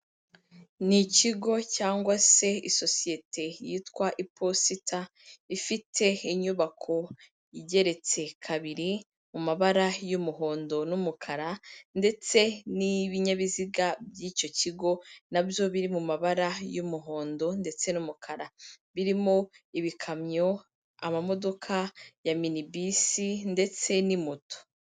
Ni ikigo cyangwa se isosiyete yitwa Iposita, ifite inyubako igeretse kabiri mu mabara y'umuhondo n'umukara, ndetse n'ibinyabiziga by'icyo kigo na byo biri mu mabara y'umuhondo ndetse n'umukara, birimo ibikamyo, amamodoka ya mini bisi ndetse n'imoto.